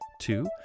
Two